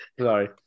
sorry